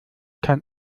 kein